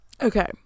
Okay